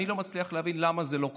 אני לא מצליח להבין למה זה לא קורה.